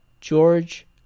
George